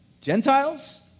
Gentiles